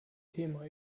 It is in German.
thema